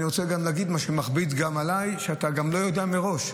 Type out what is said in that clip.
אני רוצה גם להגיד :מה שמכביד גם עליי הוא שאתה גם לא יודע מראש.